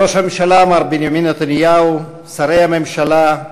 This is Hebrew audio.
ראש הממשלה מר בנימין נתניהו, שרי הממשלה,